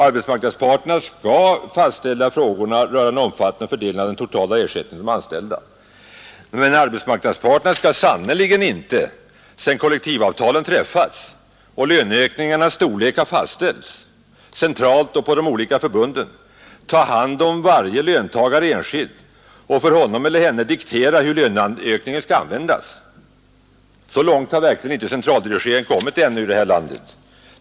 Arbetsmarknadsparterna skall fastställa frågorna rörande omfattningen och fördelningen av den totala ersättningen till de anställda, men arbetsmarknadsparterna skall sannerligen inte, sedan kollektivavtalen träffats och löneökningarnas storlek har fastställts, centralt och på de olika förbunden, ta hand om varje löntagare enskilt och för honom eller henne diktera hur löneökningen skall användas. Så långt har centraldirigeringen verkligen inte kommit ännu i det här landet!